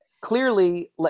clearly